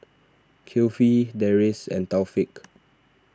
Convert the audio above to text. Kifli Deris and Taufik